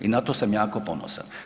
I na to sam jako ponosan.